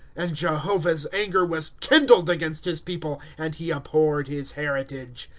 and jehovah's anger was kindled against his people, and he abhorred his heritage.